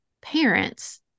parents